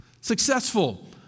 Successful